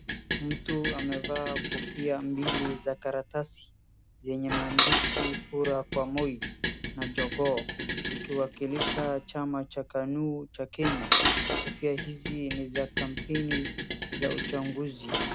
Mtu amevaa kofia mbili za karatasi zenye maandishi kura kwa Moi na jogoo ikiwakilisha chama cha KANU cha Kenya. Kofia hizi ni za kampeni za uchaguzi.